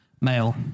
Male